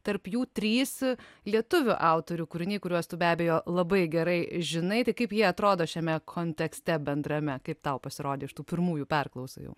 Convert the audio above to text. tarp jų trys lietuvių autorių kūriniai kuriuos tu be abejo labai gerai žinai tai kaip jie atrodo šiame kontekste bendrame kaip tau pasirodė iš tų pirmųjų perklausų jau